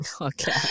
Okay